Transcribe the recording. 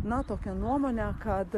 na tokią nuomonę kad